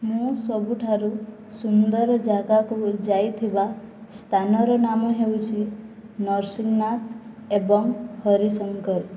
ମୁଁ ସବୁଠାରୁ ସୁନ୍ଦର ଜାଗାକୁ ଯାଇଥିବା ସ୍ଥାନର ନାମ ହେଉଛି ନର୍ସିଂହନାଥ ଏବଂ ହରିଶଙ୍କର